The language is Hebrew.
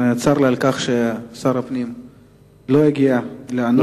צר לי על כך ששר הפנים לא הגיע לענות.